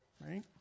right